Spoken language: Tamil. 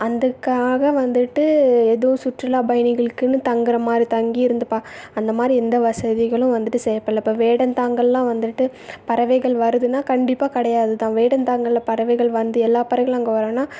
அதுக்காக வந்துட்டு எதுவும் சுற்றுலா பயணிகளுக்குன்னு தங்குகிற மாதிரி தங்கி இருந்து பார்க் அந்தமாதிரி எந்த வசதிகளும் வந்துட்டு செய்யப்படல இப்போ வேடந்தாங்களெல்லாம் வந்துட்டு பறவைகள் வருதுன்னால் கண்டிப்பாக கிடையாதுதான் வேடந்தாங்களில் பறவைகள் வந்து எல்லா பறவைகளும் அங்கே வருன்னால்